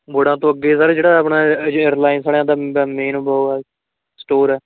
ਮੋੜਾਂ ਤੋਂ ਅੱਗੇ ਸਰ ਜਿਹੜਾ ਆਪਣਾ ਅਜੈ ਰਿਲਾਇੰਸ ਵਾਲਿਆਂ ਦਾ ਮੇਨ ਬ ਹੈ ਸਟੋਰ ਹੈ